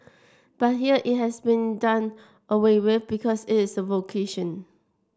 but here it has been done away with because it is a vocation